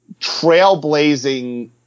trailblazing